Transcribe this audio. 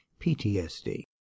PTSD